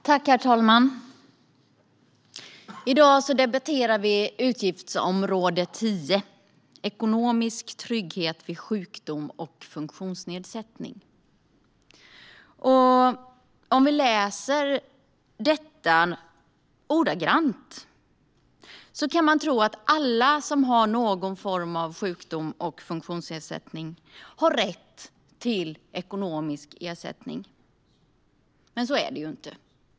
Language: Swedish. Herr talman! I dag debatterar vi utgiftsområde 10 Ekonomisk trygghet vid sjukdom och funktionsnedsättning. Läser man detta ordagrant kan man tro att alla som har någon form av sjukdom och funktionsnedsättning har rätt till ekonomisk ersättning. Men så är det inte.